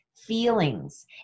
feelings